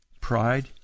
Pride